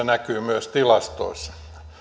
näkyy myös tilastoissa